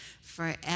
forever